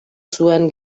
zuen